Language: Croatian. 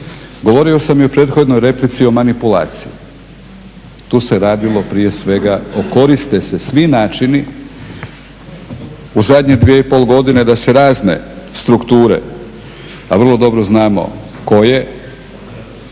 Govorio sam i u prethodnoj replici o manipulaciji. Tu se radilo prije svega, koriste se svi načini u zadnje 2,5 godine da se razne strukture, a vrlo dobro znamo koje